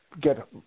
get